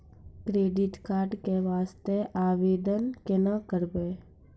Credit card के वास्ते आवेदन केना करबै?